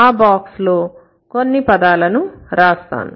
ఈ బాక్స్ లో కొన్ని పదాలను రాస్తాను